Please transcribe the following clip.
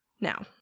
Now